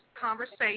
conversation